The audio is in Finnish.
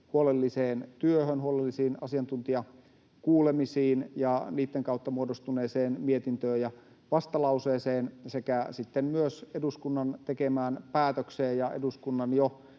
huolelliseen työhön, huolellisiin asiantuntijakuulemisiin ja niitten kautta muodostuneeseen mietintöön ja vastalauseeseen sekä sitten myös eduskunnan tekemään päätökseen ja eduskunnan jo